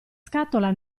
scatola